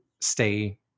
stay